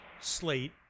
slate